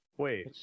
wait